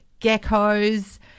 geckos